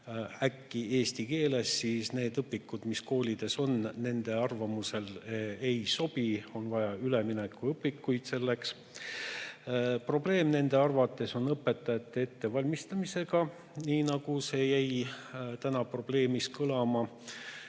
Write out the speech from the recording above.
äkki eesti keeles, siis need õpikud, mis koolides on, nende arvamusel ei sobi. On vaja üleminekuõpikuid. Probleeme on nende arvates ka õpetajate ettevalmistamisega, nii nagu jäi tänagi probleemina kõlama,